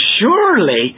surely